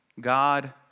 God